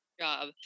job